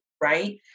right